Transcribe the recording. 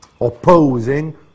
opposing